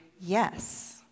Yes